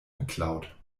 geklaut